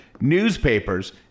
newspapers